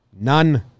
None